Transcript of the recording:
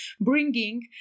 bringing